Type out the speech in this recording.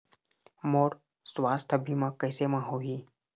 मोर सुवास्थ बीमा कैसे म होही?